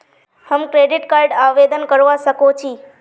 हम credit card आवेदन करवा संकोची?